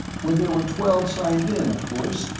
when there were twelve signed in, of course,